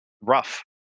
rough